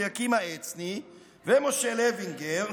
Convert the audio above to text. אליקים העצני ומשה לוינגר,